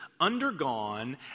undergone